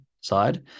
side